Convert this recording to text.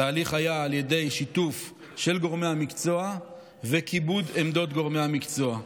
התהליך היה על ידי שיתוף של גורמי המקצוע וכיבוד עמדות גורמי המקצוע.